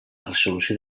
resolució